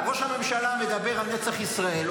ראש הממשלה מדבר על נצח ישראל,